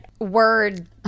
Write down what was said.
Word